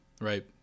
Right